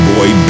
Boy